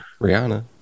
Rihanna